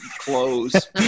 clothes